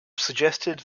suggested